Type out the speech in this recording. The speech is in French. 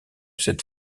cette